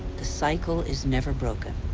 the cycle is never broken.